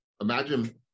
imagine